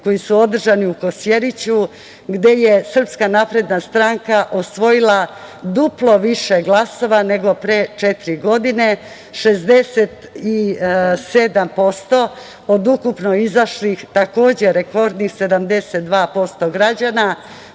koji su održani u Kosjeriću gde je SNS osvojila duplo više glasova nego pre četiri godine, 67% od ukupno izašlih takođe rekordnih 72% građana,